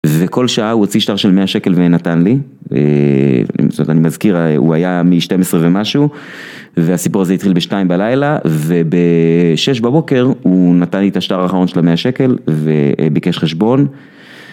וכל שעה הוא הוציא שטר של 100 שקל ונתן לי, זאת אומרת אני מזכיר הוא היה מ-12 ומשהו והסיפור הזה התחיל ב-2 בלילה וב-6 בבוקר הוא נתן לי את השטר האחרון של 100 שקל וביקש חשבון